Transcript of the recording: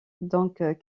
donc